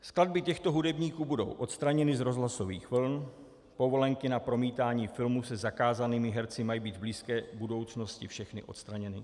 Skladby těchto hudebníků budou odstraněny z rozhlasových vln, povolenky na promítání filmů se zakázanými herci mají být v blízké budoucnosti všechny odstraněny.